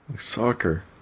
soccer